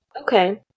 Okay